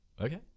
Okay